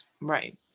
Right